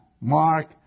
Mark